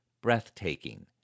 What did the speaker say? breathtaking